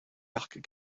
parcs